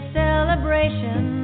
celebration